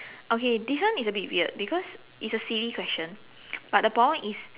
okay this one is a bit weird because it's a silly question but the problem is